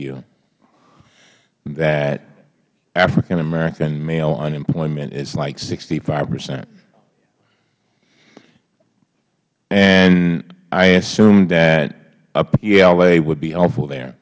you that african american male unemployment is like sixty five percent and i assume that a pla would be helpful there